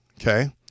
Okay